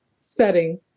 setting